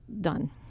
done